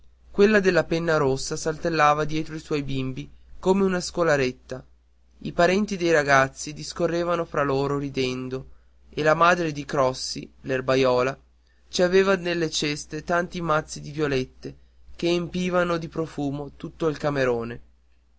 quella della penna rossa saltellava dietro i suoi bimbi come una scolaretta i parenti dei ragazzi discorrevano fra loro ridendo e la madre di crossi l'erbaiola ci aveva nelle ceste tanti mazzi di violette che empivano di profumo tutto il camerone